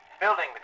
Building